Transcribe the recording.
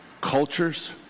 cultures